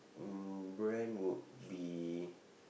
when would be